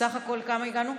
בסך הכול לכמה הגענו?